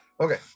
okay